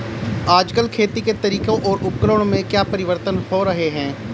आजकल खेती के तरीकों और उपकरणों में क्या परिवर्तन आ रहें हैं?